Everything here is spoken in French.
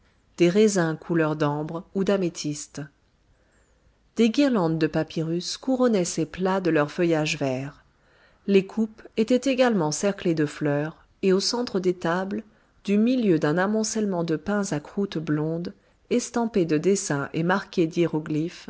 des raisins couleur d'ambre ou d'améthyste des guirlandes de papyrus couronnaient ces plats de leur feuillage vert les coupes étaient également cerclées de fleurs et au centre des tables du milieu d'un amoncellement de pains à croûte blonde estampés de dessins et marqués d'hiéroglyphes